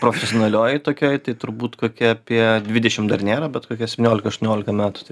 profesionalioj tokioj tai turbūt kokie apie dvidešim dar nėra bet kokie septyniolika aštuoniolika metų tai